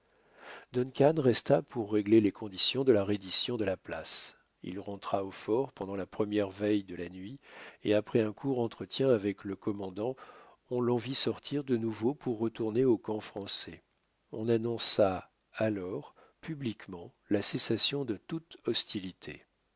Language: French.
lieu duncan resta pour régler les conditions de la reddition de la place il rentra au fort pendant la première veille de la nuit et après un court entretien avec le commandant on l'en vit sortir de nouveau pour retourner au camp français on annonça alors publiquement la cessation de toutes hostilités